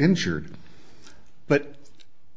injured but